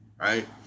right